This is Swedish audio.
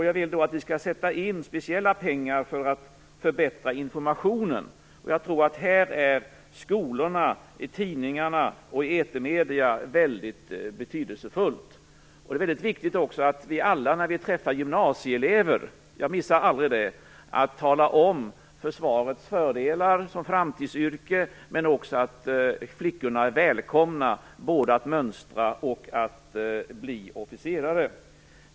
Jag vill att det skall sättas in speciella pengar för att förbättra informationen. Jag tror att skolorna, tidningarna och etermedierna härvidlag är mycket betydelsefulla. Det är också väldigt viktigt att vi alla när vi träffar gymnasieelever - jag missar aldrig det - pekar på försvarsyrket som en framtidsverksamhet med fördelar och att kvinnorna är välkomna både att mönstra och att bli officerare.